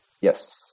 Yes